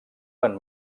van